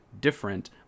different